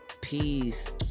peace